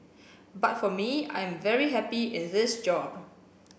but for me I'm very happy in this job